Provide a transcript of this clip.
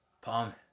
Palm